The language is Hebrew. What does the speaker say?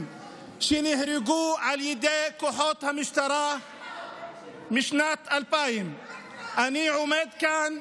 שנהרגו על ידי כוחות המשטרה משנת 2000. מחבלים,